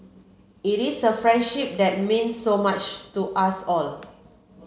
it is a friendship that means so much to us all